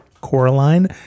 Coraline